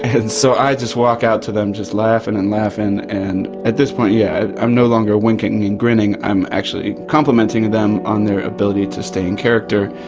and so i just walk out to them just laughing and laughing and at this point, yeah, i'm no longer winking and grinning, i'm actually complimenting them on their ability to stay in character.